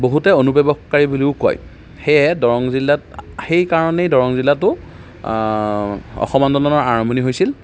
বহুতে অনুপ্ৰৱেশকাৰী বুলিও কয় সেয়ে দৰং জিলাত সেইকাৰণেই দৰং জিলাতো অসম আন্দোলনৰ আৰম্ভণি হৈছিল